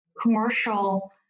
commercial